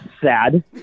sad